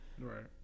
Right